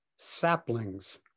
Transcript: saplings